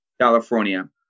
California